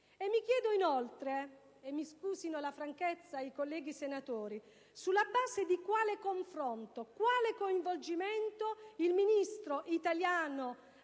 i colleghi senatori) sulla base di quale confronto, di quale coinvolgimento il Ministro italiano